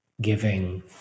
giving